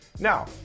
Now